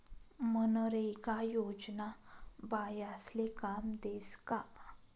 मनरेगा योजना बायास्ले काम देस का?